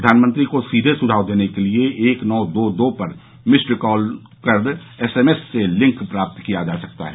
प्रधानमंत्री को सीधे सुझाव देने के लिए एक नौ दो दो पर मिस्ड कॉल कर एस एम एस से लिंक प्राप्त किया जा सकता है